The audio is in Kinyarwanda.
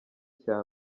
cya